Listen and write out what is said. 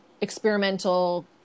experimental